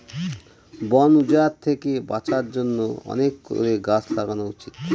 বন উজাড় থেকে বাঁচার জন্য অনেক করে গাছ লাগানো উচিত